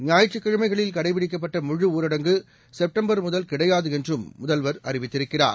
ஞாயிற்றுக்கிழமைகளில்கடைபிடிக்கப்பட்டமுழுஊரடங் குசெப்டம்பர்முதல்கிடையாதுஎன்றும்முதல்வர்அறிவித்தி ருக்கிறார்